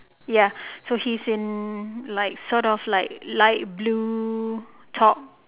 ya so he's in like sort of like light blue top